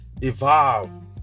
evolve